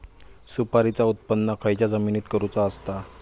सुपारीचा उत्त्पन खयच्या जमिनीत करूचा असता?